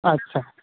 अच्छा